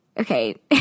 Okay